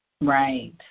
Right